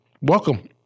Welcome